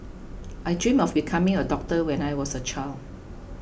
I dreamt of becoming a doctor when I was a child